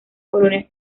colonias